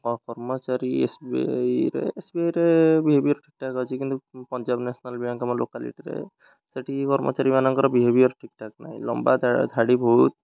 କର୍ମଚାରୀ ଏସ୍ବିଆଇରେ ଏସ୍ବିଆଇରେ ବିହେବିଅର୍ ଠିକ୍ଠାକ୍ ଅଛି କିନ୍ତୁ ପଞ୍ଜାବ୍ ନ୍ୟାସନାଲ୍ ବ୍ୟାଙ୍କ ଆମ ଲୋକାଲିଟିରେ ସେଠି କର୍ମଚାରୀମାନଙ୍କର ବିହେବିଅର୍ ଠିକ୍ଠାକ୍ ନାହିଁ ଲମ୍ବା ଧାଡ଼ି ବହୁତ